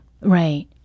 Right